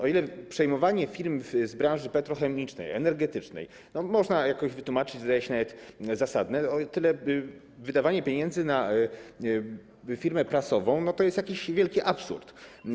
O ile przejmowanie firm z branży petrochemicznej, energetycznej można jakoś wytłumaczyć, zdaje się nawet zasadne, o tyle wydawanie pieniędzy na firmę prasową to jest jakiś wielki absurd.